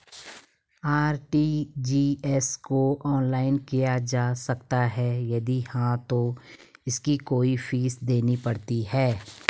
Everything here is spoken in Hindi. आर.टी.जी.एस को ऑनलाइन किया जा सकता है यदि हाँ तो इसकी कोई फीस देनी पड़ती है?